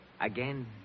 Again